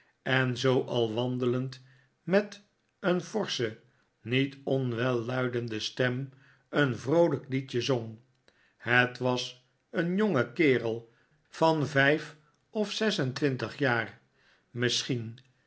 en zoo al wandelend met een forsche niet onwelluidende stem een vroolijk liedje zong het was een jonge kerel van vijf of zes en twintig jaar misschien